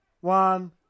One